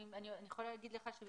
אני מדברת על